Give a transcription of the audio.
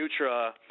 Nutra